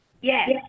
Yes